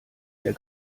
der